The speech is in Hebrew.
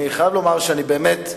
אני חייב לומר שאני באמת,